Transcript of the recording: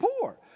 poor